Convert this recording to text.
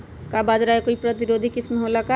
का बाजरा के कोई प्रतिरोधी किस्म हो ला का?